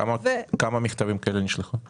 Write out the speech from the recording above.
כמה מכתבים כאלה נשלחו ?